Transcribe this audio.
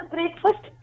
Breakfast